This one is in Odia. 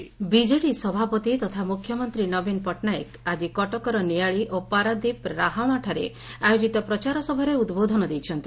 ମୁଖ୍ୟମନ୍ତ୍ରୀଙ୍କ ଗସ୍ତ ବିଜେଡ଼ି ସଭାପତି ତଥା ମୁଖ୍ୟମନ୍ତୀ ନବୀନ ପଟ୍ଟନାୟକ ଆଜି କଟକର ନିଆଳି ଓ ପାରାଦ୍ୱୀପ ରାହାମାଠାରେ ଆୟୋକିତ ପ୍ରଚାର ସଭାରେ ଉଦ୍ବୋଧନ ଦେଇଛନ୍ତି